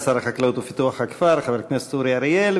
תודה לשר החקלאות ופיתוח הכפר חבר הכנסת אורי אריאל.